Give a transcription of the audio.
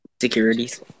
Securities